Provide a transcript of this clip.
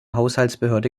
haushaltsbehörde